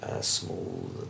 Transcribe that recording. Small